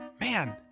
Man